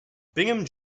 bingham